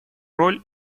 роль